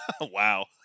Wow